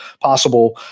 possible